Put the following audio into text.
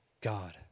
God